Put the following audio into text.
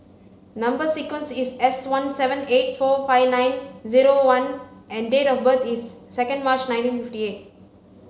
number sequence is S one seven eight four five nine zero one and date of birth is second March nineteen fifty eight